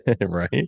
right